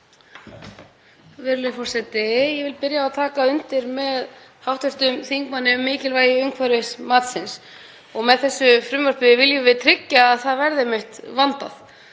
Virðulegur forseti. Ég vil byrja á að taka undir með hv. þingmanni um mikilvægi umhverfismatsins og með þessu frumvarpi viljum við tryggja að það verði vandað.